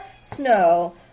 Snow